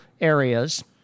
areas